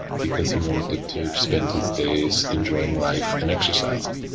because he wanted to spend his days enjoying life and exercising.